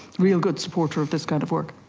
really good supporter of this kind of work.